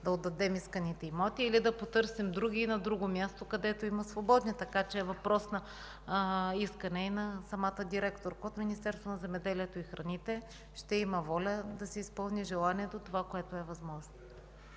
да отдадем исканите имоти, или да потърсим други, на друго място, където има свободни. Така че е въпрос на искане и на самата директорка. От Министерството на земеделието и храните ще има воля да се изпълни желанието за това, което е възможно.